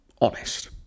honest